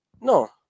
no